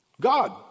God